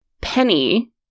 Penny